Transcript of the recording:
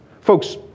Folks